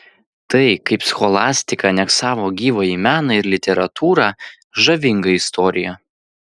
tai kaip scholastika aneksavo gyvąjį meną ir literatūrą žavinga istorija